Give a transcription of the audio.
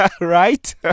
right